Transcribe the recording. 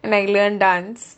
like learn dance